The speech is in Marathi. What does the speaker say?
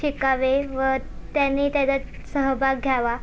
शिकावे व त्यानी त्याच्यात सहभाग घ्यावा